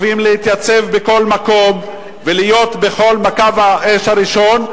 טובים להתייצב בכל מקום ולהיות בקו האש הראשון,